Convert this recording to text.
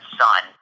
son